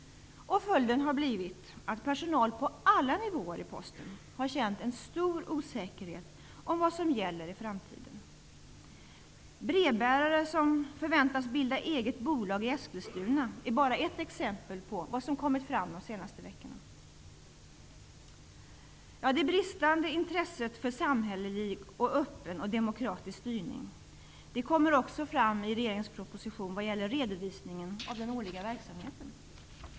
Följden har blivit att personal på alla nivåer har känt en stor osäkerhet om vad som gäller i framtiden. Brevbärare förväntas bilda eget bolag i Eskilstuna. Det är bara ett exempel på vad som kommit fram de senaste veckorna. Det bristande intresset för samhällelig, öppen och demokratisk styrning kommer också fram i regeringens propostion vad gäller redovisningen av den årliga verksamheten.